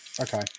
Okay